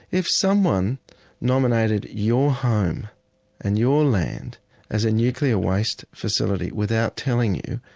if someone nominated your home and your land as a nuclear waste facility without telling you,